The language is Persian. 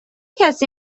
کسی